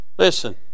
Listen